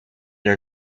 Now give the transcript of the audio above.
naar